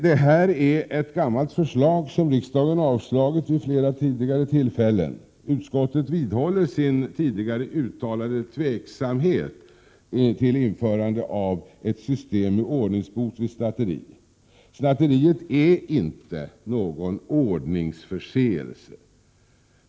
Detta är ett gammalt förslag som riksdagen avslagit vid flera tidigare tillfällen. Utskottet vidhåller sin tidigare uttalade tveksamhet till införande av ett system med ordningsbot vid snatteri. Snatteri är inte någon ordningsförseelse.